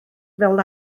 fel